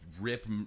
rip